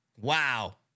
Wow